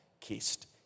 kissed